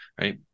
right